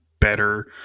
better